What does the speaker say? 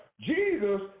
Jesus